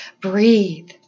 Breathe